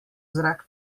zrak